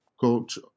coach